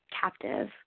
captive